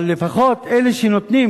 אבל לפחות אלה שנותנים,